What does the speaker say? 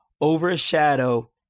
overshadow